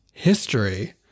history